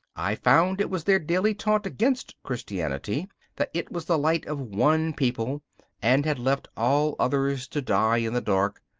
i found it was their daily taunt against christianity that it was the light of one people and had left all others to die in the dark.